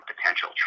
potential